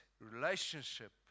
relationship